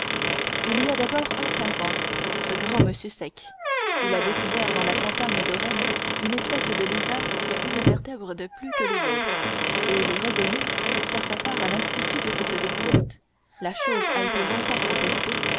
il y a d'abord un savant ce grand monsieur sec il a découvert dans la campagne de rome une espèce de lézard qui a une vertèbre de plus que les autres et il est revenu faire part à l'institut de cette découverte la chose a été longtemps contestée